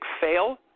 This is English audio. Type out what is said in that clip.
fail